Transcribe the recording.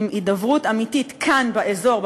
של הידברות אמיתית כאן באזור,